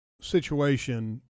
situation